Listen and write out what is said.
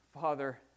Father